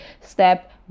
step